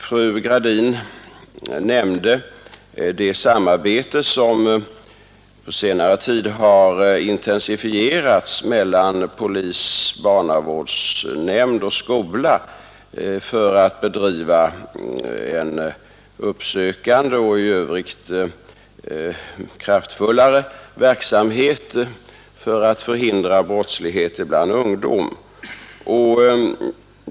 Fru Gradin nämnde det samarbete som på senare tid har intensifierats mellan polis, barnavårdsnämnd och skola för att bedriva en uppsökande och i övrigt kraftfullare verksamhet för att förhindra brottslighet bland ungdom.